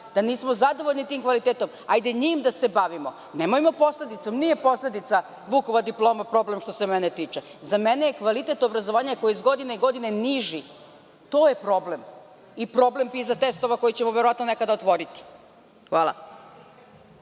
da nismo zadovoljni tim kvalitetom. Hajde njim da se bavimo, nemojmo posledicom. Nije posledica Vukova diploma problem, što se mene tiče. Za mene je kvalitet obrazovanja koji je iz godine u godinu niži. To je problem i problem PISA testova, koji ćemo verovatno nekada otvoriti. Hvala.